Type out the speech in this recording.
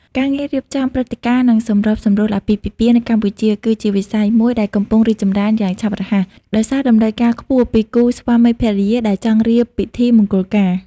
ការងាររៀបចំព្រឹត្តិការណ៍ និងសម្របសម្រួលអាពាហ៍ពិពាហ៍នៅកម្ពុជា គឺជាវិស័យមួយដែលកំពុងរីកចម្រើនយ៉ាងឆាប់រហ័ស ដោយសារតម្រូវការខ្ពស់ពីគូស្វាមីភរិយាដែលចង់រៀបពិធីមង្គលការ។